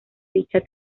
dicha